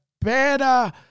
better